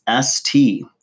ST